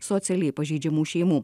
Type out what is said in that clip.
socialiai pažeidžiamų šeimų